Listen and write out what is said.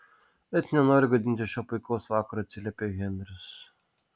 et nenoriu gadinti šio puikaus vakaro atsiliepė henris